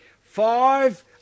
Five